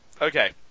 Okay